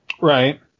Right